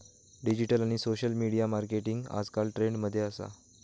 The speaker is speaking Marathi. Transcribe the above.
डिजिटल आणि सोशल मिडिया मार्केटिंग आजकल ट्रेंड मध्ये असा